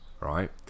right